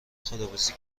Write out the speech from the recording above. خداحافظی